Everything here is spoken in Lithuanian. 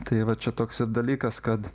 tai va čia toks ir dalykas kad